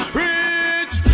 rich